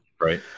Right